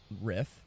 riff